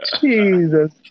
Jesus